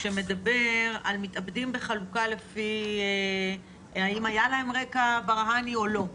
שמדבר על מתאבדים בחלוקה לפי האם היה להם רקע ברה"ני או לא.